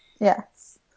Yes